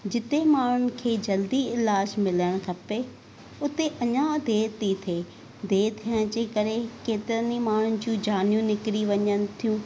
जिते माण्हुनि खे जल्दी इलाजु मिलण खपे उते अञा देरि थी थिए देरि थियण जे करे केतिरनि ई माण्हुनि जूं जानियूं निकिरी वञनि थियूं